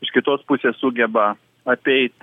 iš kitos pusės sugeba apeit